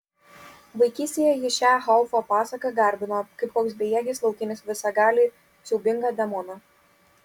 vaikystėje ji šią haufo pasaką garbino kaip koks bejėgis laukinis visagalį siaubingą demoną